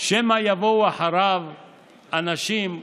שמא יבואו אחריו אנשים כוחניים,